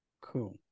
cool